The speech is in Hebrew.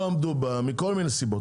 מכל מיני סיבות,